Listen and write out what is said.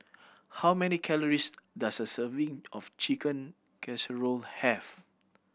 how many calories does a serving of Chicken Casserole have